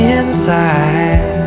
inside